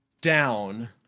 down